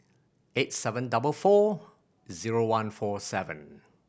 eight seven double four zero one four seven